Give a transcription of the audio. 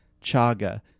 chaga